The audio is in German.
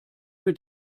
mit